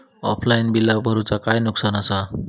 Offline बिला भरूचा काय नुकसान आसा?